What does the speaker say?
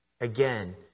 Again